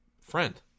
friend